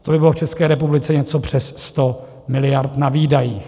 To by bylo v České republice něco přes 100 miliard na výdajích.